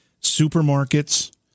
supermarkets